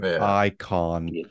icon